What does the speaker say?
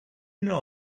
know